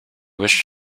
wish